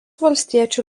valstiečių